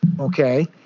Okay